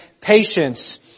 patience